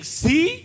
see